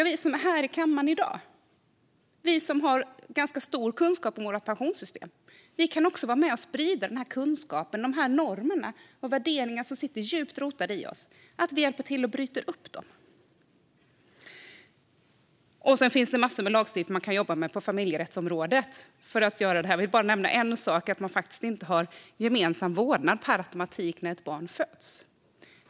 Vi som är här i kammaren i dag och som har ganska stor kunskap om vårt pensionssystem kan också vara med och sprida denna kunskap om dessa normer och värderingar, som sitter djupt rotade i oss, så att vi hjälper till att bryta upp dem. Det finns massor med lagstiftning som man kan jobba med på familjerättsområdet. Jag vill bara nämna en sak, nämligen att man faktiskt inte per automatik har gemensam vårdnad när ett barn föds.